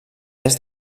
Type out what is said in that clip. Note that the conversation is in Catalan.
est